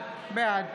בעד